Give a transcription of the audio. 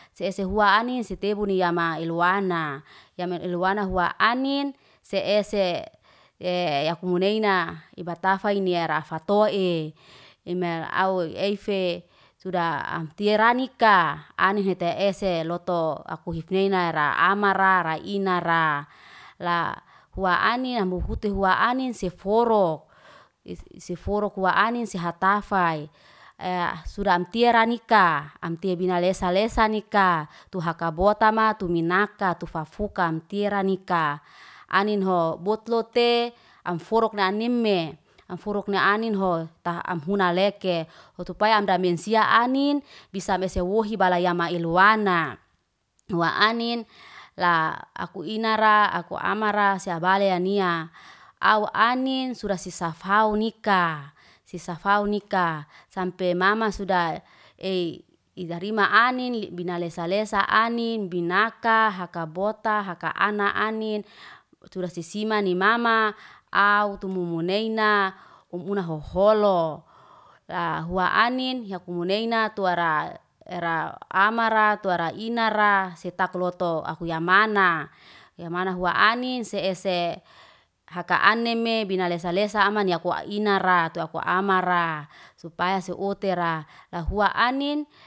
Sehese hua anin sitebu ni, yama eluana. Yama eluana hua anin, se ese. E yakumunaina ibartafa inearafatoe. Imel awe eife suda amtiara nika. Anhete ese loto aku hif neina ramara rainara la hua anin hambuhute hua anin sef forok, is se forok hua anin se hatafai. Eya suda amtiara nika amtebelani lesa lesa nika, tuhaka botama tu minakat tu fafukan teranika, aninho botlote amforuk nianime, amforuk nianin ho taha amhuna leke. Hotopaya amdemensia anin bisa mesewohi bayalana eluana. Huwa anin la, aku inara akuamara seabaleyania au anin sudah sisa faunika. Sisa faunika sampe mama sudah ei idarima anin binalesa lesa anin binaka hakabota haka ana anin tura sisima ni mama au tumumuneina umhuna hoholo, la hua anin yakumunaina tuara ra amara tuara inara setaklotoi aku yamana. Yamana huan anin se ese haka aneme bina lesa lesa amani akuinara tu akuamara supaya seutera lahuan anin.